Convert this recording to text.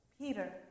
Peter